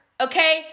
okay